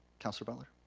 councilor butler?